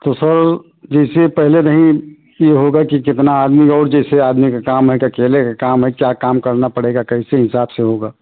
तो सर ये चीज पहले नहीं ये होगा कि कितना आदमी और जैसे आदमी का काम है कि अकेले का काम है क्या काम करना पड़ेगा कैसे हिसाब से होगा